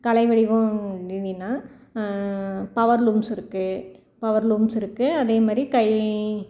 கலை வடிவம் அப்படினின்னா power looms இருக்குது பவர் லூம்ஸ் இருக்குது அதேமாதிரி கை